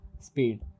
speed